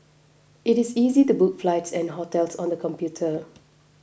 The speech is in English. it is easy to book flights and hotels on the computer